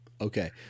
Okay